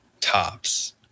tops